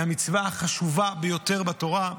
היא המצווה החשובה ביותר בתורה.